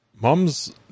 moms